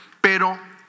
pero